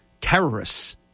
terrorists